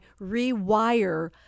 rewire